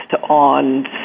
on